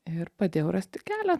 ir padėjau rasti kelią